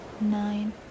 nine